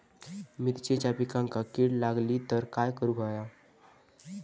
मिरचीच्या पिकांक कीड लागली तर काय करुक होया?